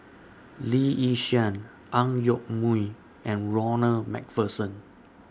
Lee Yi Shyan Ang Yoke Mooi and Ronald MacPherson